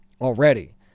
already